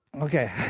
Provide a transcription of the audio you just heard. Okay